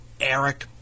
Eric